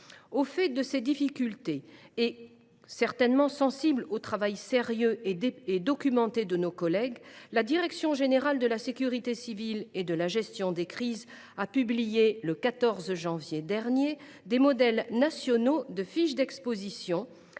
Au fait de ces difficultés, et certainement sensible au travail sérieux et documenté de nos collègues, la direction générale de la sécurité civile et de la gestion des crises a publié, le 14 janvier dernier, des modèles nationaux de fiche d’exposition,